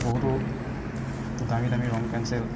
বহুতো দামী দামী ৰং পেঞ্চিল